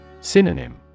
Synonym